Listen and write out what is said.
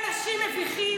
ראיתי הרבה אנשים מביכים,